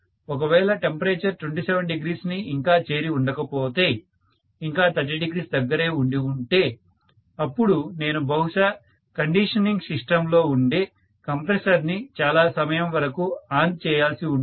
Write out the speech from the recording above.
ఒకవేళ టెంపరేచర్ 27° ని ఇంకా చేరి ఉండకపోతే ఇంకా 30° దగ్గరే ఉండి ఉంటే అప్పుడు నేను బహుశా కండిషనింగ్ సిస్టమ్ లో ఉండే కంప్రెసర్ని చాలా సమయం వరకు ఆన్ చేయాల్సి ఉంటుంది